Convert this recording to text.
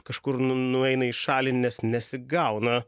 kažkur nu nueina į šalį nes nesigauna